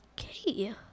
Okay